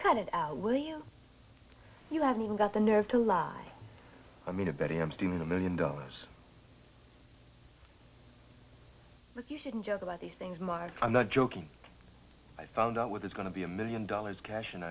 cut it out will you you haven't even got the nerve to lie i mean to betty i'm sitting in a million dollars but you shouldn't joke about these things mark i'm not joking i found out what it's going to be a million dollars cash and